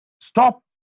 stop